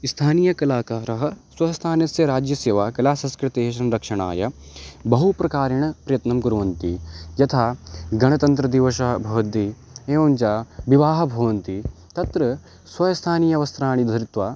स्थानीयकलाकारः स्वस्थानस्य राज्यस्य वा कलासंस्कृतेः संरक्षणाय बहु प्रकारेण प्रयत्नं कुर्वन्ति यथा गणतन्त्रदिवसः भवति एवं च विवाहाः भवन्ति तत्र स्वस्थानीयवस्त्राणि धृत्वा